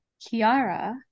Kiara